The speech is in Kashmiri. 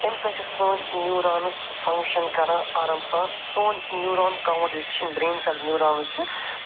اَمہِ سۭتۍ چھِ سٲنۍ نیٛوٗرانٕز فَنگشَن کَران آرام سان سون نیٛوٗران کاوُنٛٹ یُس چھُ یِم برٛینسَس نیٛوٗرانٕز چھِ